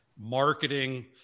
marketing